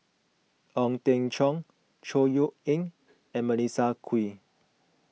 Ong Teng Cheong Chor Yeok Eng and Melissa Kwee